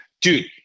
dude